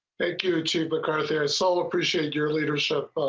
thank you to because they're so appreciate your leadership.